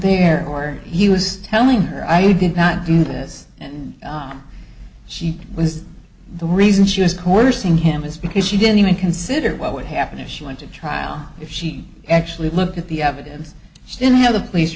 there or he was telling her i did not do this and she was the reason she was coercing him is because she didn't even consider what would happen if she went to trial if she actually look at the evidence she didn't have the police